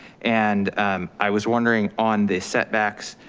and i was wondering on the setbacks,